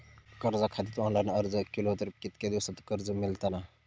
कर्जा खातीत ऑनलाईन अर्ज केलो तर कितक्या दिवसात कर्ज मेलतला?